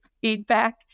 feedback